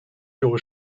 具有